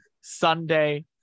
Sunday